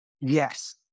Yes